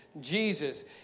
Jesus